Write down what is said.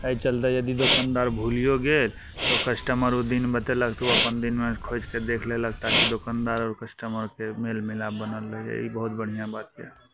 एहि चलते यदि दोकनदार भुलियो गेल तऽ ओ कस्टमर ओ दिन बतेलक तऽ ओ अपन दिनमे खोजि के देखि लेलक ताकि दोकनदार आओर कस्टमरके मेलमिलाप बनल रहै ई बहुत बढ़िआँ बात यऽ